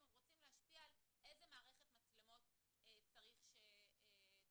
רוצים להשפיע על איזה מערכת מצלמות צריך שיקנו.